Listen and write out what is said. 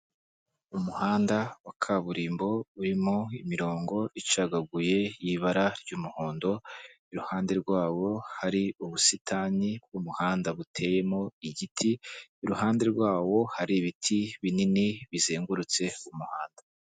Umuhanda wa kaburimbo urimo imirongo icagaguye y'ibara ry'umuhondo, iruhande rwawo hari ubusitani bw'umuhanda buteyemo igiti, iruhande rwawo hari ibiti binini bizengurutse umuhanda.